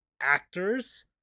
actors